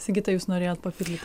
sigita jūs norėjot papildyt